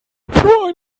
für